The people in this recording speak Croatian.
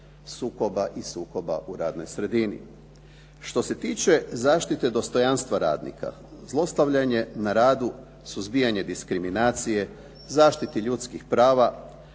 sukoba i sukoba u radnoj sredini. Što se tiče zaštite dostojanstva radnika, zlostavljanje na radu, suzbijanje diskriminacije, zaštiti ljudskih prava,